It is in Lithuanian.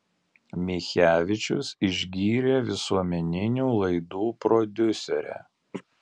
michevičius išgyrė visuomeninių laidų prodiuserę